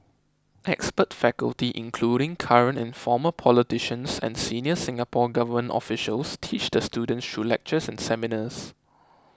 expert faculty including current and former politicians and senior Singapore Government officials teach the students through lectures and seminars